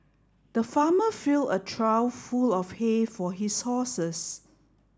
the farmer fill a trough full of hay for his horses